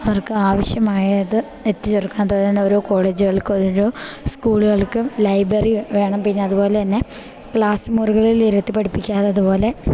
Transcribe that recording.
അവർക്കാവശ്യമായത് എത്തിച്ചൊടുക്കാനത്പലെന്നെ ഓരോ കോളേജുകൾക്കും ഓരോ സ്കൂളുകൾക്കും ലൈബറിവേണം പിന്നെയതുപോലെതന്നെ ക്ലാസ് മുറികളിലിര്ത്തി പഠിപ്പിക്കാത്തത്പോലെ